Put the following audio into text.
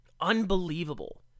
Unbelievable